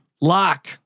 Lock